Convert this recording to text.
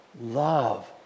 Love